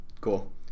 Cool